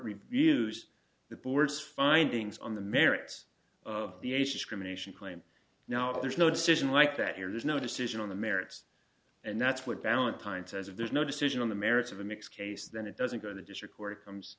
reviews the board's findings on the merits of the age discrimination claim now there's no decision like that here there's no decision on the merits and that's what valentine says if there's no decision on the merits of a mixed case then it doesn't go to district court it comes